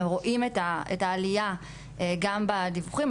והם רואים את העלייה גם בדיווחים.